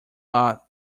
lot